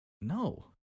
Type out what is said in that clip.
No